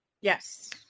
yes